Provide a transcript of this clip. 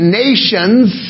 nations